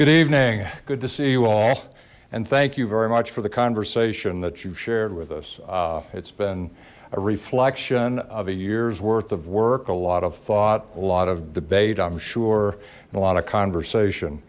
good evening good to see you all and thank you very much for the conversation that you've shared with us it's been a reflection of a year's worth of work a lot of thought a lot of debate i'm sure a lot of conversation